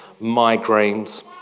migraines